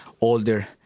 older